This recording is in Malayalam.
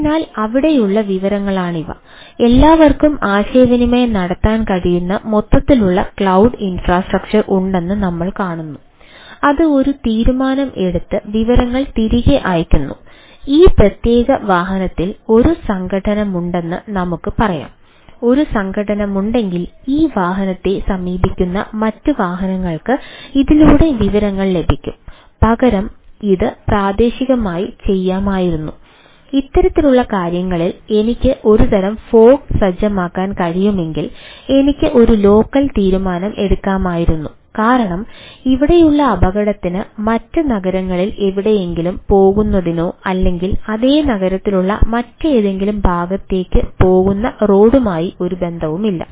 അതിനാൽ അവിടെയുള്ള വിവരങ്ങളാണിവ എല്ലാവർക്കും ആശയവിനിമയം നടത്താൻ കഴിയുന്ന മൊത്തത്തിലുള്ള ക്ലൌഡ് ഇൻഫ്രാസ്ട്രക്ചർ തീരുമാനം എടുക്കാമായിരുന്നു കാരണം ഇവിടെയുള്ള അപകടത്തിന് മറ്റ് നഗരങ്ങളിൽ എവിടെയെങ്കിലും പോകുന്നതിനോ അല്ലെങ്കിൽ അതേ നഗരത്തിലുള്ള മറ്റേതെങ്കിലും ഭാഗത്തേക്കോ പോകുന്ന റോഡുമായി ഒരു ബന്ധവുമില്ല